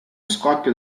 scoppio